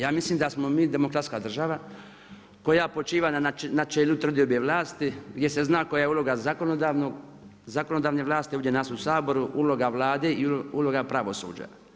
Ja mislim da smo mi demokratska država koja počiva na načelu trodiobe vlasti, gdje se zna koja je uloga zakonodavne vlasti, ovdje nas u Saboru, uloga Vlade i uloga pravosuđa.